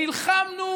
נלחמנו